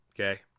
Okay